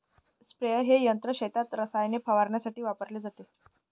sprayer हे यंत्र शेतात रसायने फवारण्यासाठी वापरले जाते